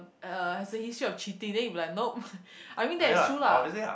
uh has a history of cheating then you'll be like nope I mean that's true lah